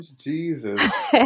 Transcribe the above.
Jesus